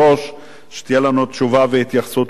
שיהיו לנו תשובה והתייחסות לסוגיה הזאת.